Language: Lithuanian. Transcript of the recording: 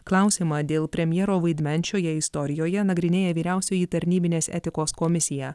klausimą dėl premjero vaidmens šioje istorijoje nagrinėja vyriausioji tarnybinės etikos komisija